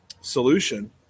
solution